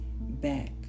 back